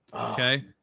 Okay